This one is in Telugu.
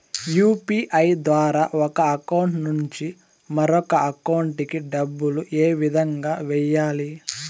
యు.పి.ఐ ద్వారా ఒక అకౌంట్ నుంచి మరొక అకౌంట్ కి డబ్బులు ఏ విధంగా వెయ్యాలి